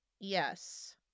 Yes